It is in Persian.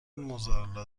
موزارلا